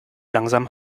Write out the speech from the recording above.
langsam